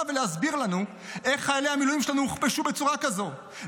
ולהסביר לנו איך חיילי המילואים שלנו הוכפשו בצורה כזאת,